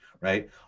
right